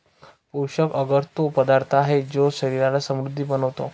पोषक अगर तो पदार्थ आहे, जो शरीराला समृद्ध बनवतो